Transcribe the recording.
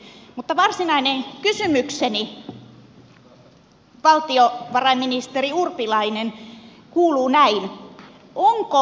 mutta varsinainen kysymykseni valtiovarainministeri urpilainen kuuluu näin